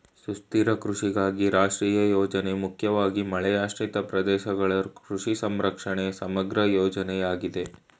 ಸುಸ್ಥಿರ ಕೃಷಿಗಾಗಿ ರಾಷ್ಟ್ರೀಯ ಯೋಜನೆ ಮುಖ್ಯವಾಗಿ ಮಳೆಯಾಶ್ರಿತ ಪ್ರದೇಶಗಳ ಕೃಷಿ ಸಂರಕ್ಷಣೆಯ ಸಮಗ್ರ ಯೋಜನೆಯಾಗಿದೆ